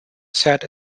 sat